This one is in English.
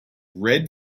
red